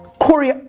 cory,